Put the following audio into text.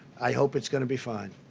i hope it's going to be fine.